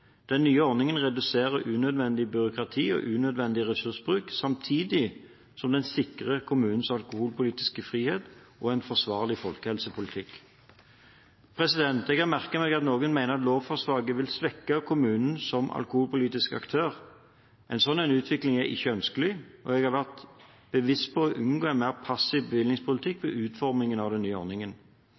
Den nye ordningen reduserer unødvendig byråkrati og ressursbruk samtidig som den sikrer kommunens alkoholpolitiske frihet og en forsvarlig folkehelsepolitikk. Jeg har merket meg at noen mener at lovforslaget vil svekke kommunen som alkoholpolitisk aktør. En slik utvikling er ikke ønskelig, og jeg har vært bevisst på å unngå en mer passiv bevillingspolitikk ved utformingen av den nye ordningen.